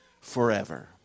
forever